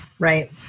Right